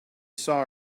saw